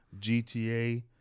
GTA